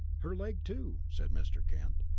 her leg, too, said mr. kent.